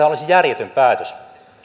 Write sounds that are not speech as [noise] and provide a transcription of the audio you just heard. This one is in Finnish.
[unintelligible] olisi järjetön päätös